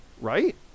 right